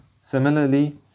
Similarly